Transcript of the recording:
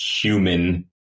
human